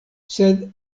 sed